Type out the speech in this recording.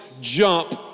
jump